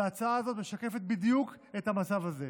וההצעה הזאת משקפת בדיוק את המצב הזה.